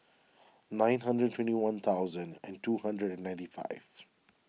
nine hundred twenty one thousand and two hundred ninety five